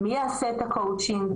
מי יעשה את הקאוצ'ינג?